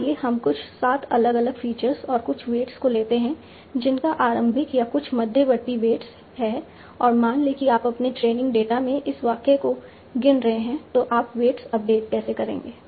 आइए हम कुछ 7 अलग अलग फीचर्स और कुछ वेट्स को लेते हैं जिनका आरंभिक या कुछ मध्यवर्ती वेट्स है और मान लें कि आप अपने ट्रेनिंग डेटा में इस वाक्य को गिन रहे हैं तो आप वेट्स अपडेट कैसे करेंगे